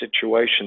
situation